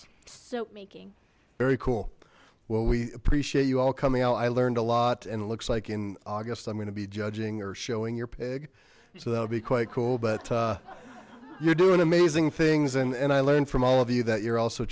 soap making very cool well we appreciate you all coming out i learned a lot and it looks like in august i'm gonna be judging or showing your pig so that'll be quite cool but you're doing amazing things and and i learned from all of you that you're also